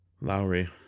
Lowry